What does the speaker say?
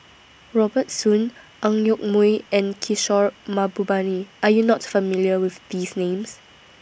Robert Soon Ang Yoke Mooi and Kishore Mahbubani Are YOU not familiar with These Names